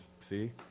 See